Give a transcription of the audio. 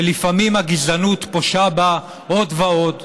שלפעמים הגזענות פושה בה עוד ועוד,